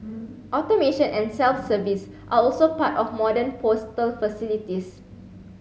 automation and self service are also part of modern postal facilities